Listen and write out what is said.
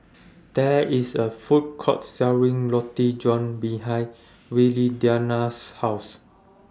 There IS A Food Court Selling Roti John behind Viridiana's House